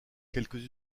quelques